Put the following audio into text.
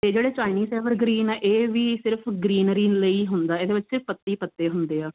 ਇਹ ਜਿਹੜੇ Chinese evergreen ਆ ਇਹ ਵੀ ਸਿਰਫ ਗ੍ਰੀਨਰੀ ਲਈ ਹੁੰਦਾ ਇਹਦੇ ਵਿੱਚ ਪੱਤੇ ਹੀ ਪੱਤੇ ਹੁੰਦੇ ਆ